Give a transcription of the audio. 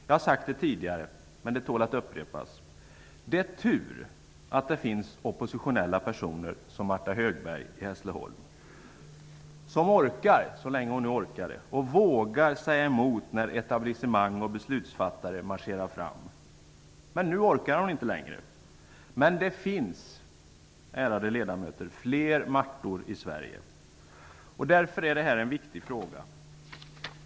Jag har sagt tidigare, men det tål att upprepas, att det är tur att det finns oppositionella personer som Martha Högberg i Hässleholm som orkar -- så länge hon nu orkade -- och vågar säga emot när etablissemang och beslutsfattare marscherar fram. Men nu orkar hon inte längre. Det finns dock, ärade ledamöter, flera Marthor i Sverige. Därför är det här en viktig fråga.